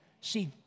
See